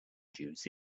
juice